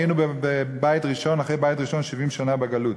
אחרי בית ראשון היינו 70 שנה בגלות.